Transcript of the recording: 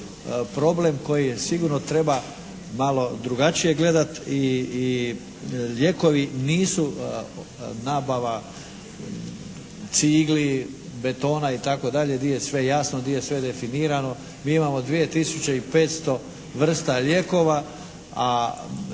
problem koji sigurno treba malo drugačije gledati i lijekovi nisu nabava cigli, betona i tako dalje gdje je sve jasno, gdje je sve definirano. Mi imamo 2500 vrsta lijekova a